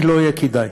כי זה לא יהיה כדאי.